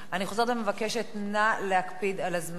אני חוזרת ומבקשת, נא להקפיד על הזמנים.